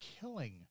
killing